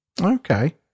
Okay